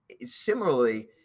similarly